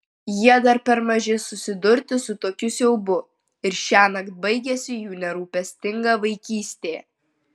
jie dar per maži susidurti su tokiu siaubu ir šiąnakt baigiasi jų nerūpestinga vaikystė